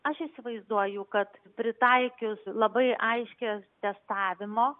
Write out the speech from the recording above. aš įsivaizduoju kad pritaikius labai aiškias testavimo